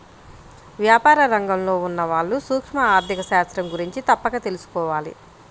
వ్యాపార రంగంలో ఉన్నవాళ్ళు సూక్ష్మ ఆర్ధిక శాస్త్రం గురించి తప్పక తెలుసుకోవాలి